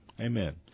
Amen